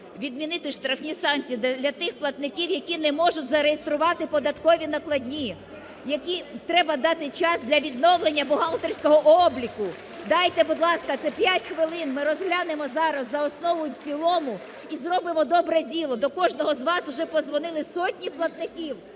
відмінити штрафні санкції для тих платників, які не можуть зареєструвати податкові накладні, яким треба дати час для відновлення бухгалтерського обліку. Дайте, будь ласка, це 5 хвилин, ми розглянемо зараз за основу і в цілому, і зробимо добре діло. До кожного з вас уже подзвонили сотні платників